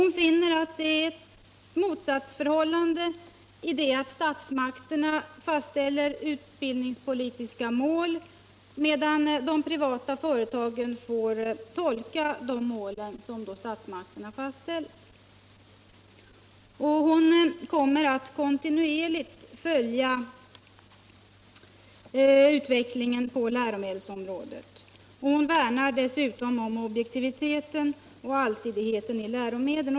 Hon finner att det är ett motsatsförhållande i att statsmakterna fastställer utbildningspolitiska mål medan de privata företagen får tolka dessa mål. Hon kommer att kontinuerligt följa utvecklingen på läromedelsområdet och värnar dessutom om objektiviteten och allsidigheten i läromedlen.